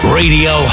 radio